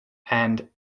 and